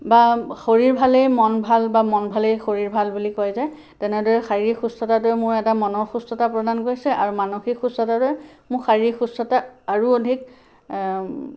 বা শৰীৰ ভালেই মন ভাল বা মন ভালেই শৰীৰ ভাল বুলি কয় যে তেনেদৰে শাৰীৰিক সুস্থতাটোৱে মোৰ এটা মনৰ সুস্থতা প্ৰদান কৰিছে আৰু মানসিক সুস্থতাটোৱে মোক শাৰীৰিক সুস্থতা আৰু অধিক